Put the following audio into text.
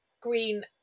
green